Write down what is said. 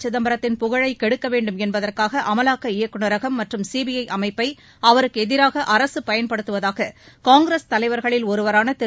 சிதம்பரத்தின் புகழை கெடுக்க வேண்டும் என்பதற்காக அமலாக்க இயக்குநரகம் மற்றும் சிபிஐ அமைப்பை அவருக்கு எதிராக அரசு பயன்படுத்துவதாக காங்கிரஸ் தலைவகளில் ஒருவரான திரு